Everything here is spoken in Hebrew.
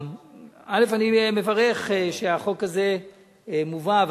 אני מברך על כך שהחוק הזה מובא,